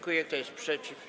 Kto jest przeciw?